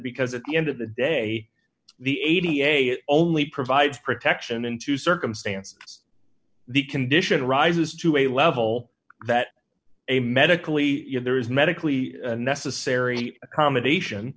because at the end of the day the eighty eight only provides protection into circumstance the condition rises to a level that a medically there is medically necessary accommodation